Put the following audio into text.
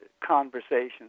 conversations